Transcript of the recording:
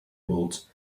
worlds